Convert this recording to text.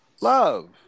Love